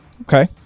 Okay